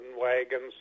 wagons